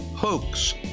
Hoax